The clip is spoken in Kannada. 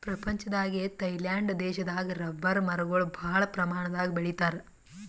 ಪ್ರಪಂಚದಾಗೆ ಥೈಲ್ಯಾಂಡ್ ದೇಶದಾಗ್ ರಬ್ಬರ್ ಮರಗೊಳ್ ಭಾಳ್ ಪ್ರಮಾಣದಾಗ್ ಬೆಳಿತಾರ್